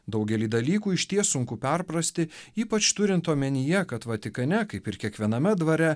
daugelį dalykų išties sunku perprasti ypač turint omenyje kad vatikane kaip ir kiekviename dvare